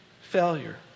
failure